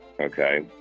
Okay